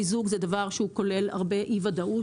מיזוג זה דבר שהוא כולל הרבה אי ודאות,